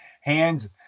hands